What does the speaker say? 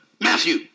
Matthew